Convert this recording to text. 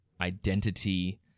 identity